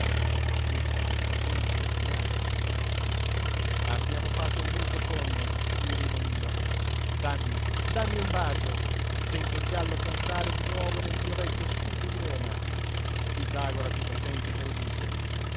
e rivolgendosi al cognato abbiamo fatto un brutto sogno quirino mio dammi dammi un bacio sento il gallo cantare di nuovo nel mio vecchio studio di roma pitagora qui presente te lo dice